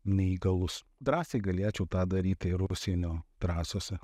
neįgalus drąsiai galėčiau tą daryti ir užsienio trasose